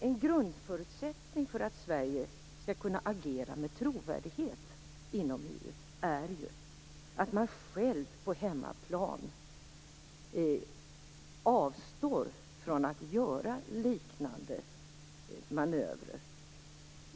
En grundförutsättning för att Sverige skall kunna agera med trovärdighet inom EU är då att vi själva på hemmaplan avstår från att göra liknande manövrer.